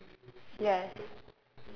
mmhmm yes